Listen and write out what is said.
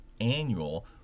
annual